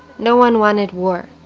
no one won at war.